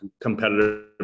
competitive